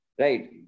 Right